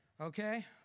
Okay